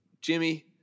Jimmy